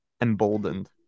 emboldened